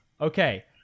okay